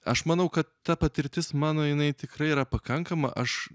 aš manau kad ta patirtis mano jinai tikrai yra pakankama aš